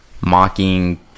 mocking